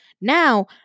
now